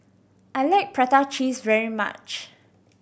I like prata cheese very much